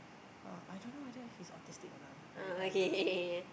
uh I don't know whether he's autistic or not lah I I don't know